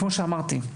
כמו שאמרתי,